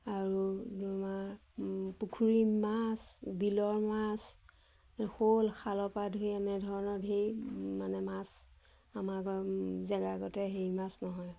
আৰু আমাৰ পুখুৰী মাছ বিলৰ মাছ শ'ল খালৰ পৰা ধৰি আনে এনেধৰণৰ ঢেৰ মানে মাছ আমাৰ গাঁৱৰ জেগাৰগতে হেৰি মাছ নহয়